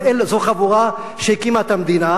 אבל זו חבורה שהקימה את המדינה,